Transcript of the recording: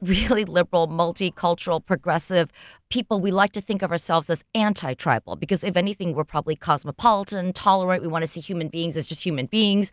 really liberal multi-cultural progressive people, we like to think of ourselves as anti-tribal. because if anything, we're probably cosmopolitan, tolerant, we want to see human beings as just human beings.